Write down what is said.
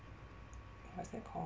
what is that called